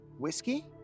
Whiskey